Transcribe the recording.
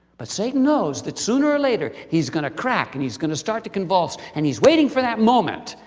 but satan knows that sooner or later, he's going to crack, and he's going to start to convulse and he's waiting for that moment.